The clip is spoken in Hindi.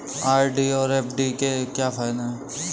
आर.डी और एफ.डी के क्या फायदे हैं?